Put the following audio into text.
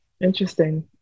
Interesting